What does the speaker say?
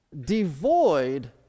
devoid